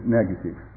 negative